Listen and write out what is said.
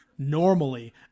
normally